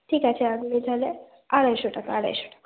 ঠিক আছে আপনি তাহলে আড়াইশো টাকা আড়াইশো টাকা